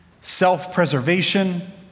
self-preservation